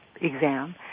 exam